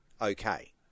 okay